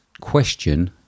question